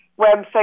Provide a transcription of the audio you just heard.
website